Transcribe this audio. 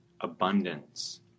abundance